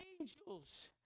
angels